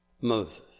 Moses